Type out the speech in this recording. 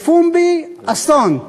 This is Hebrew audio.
בפומבי, אסון,